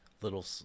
little